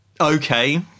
Okay